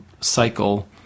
cycle